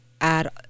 add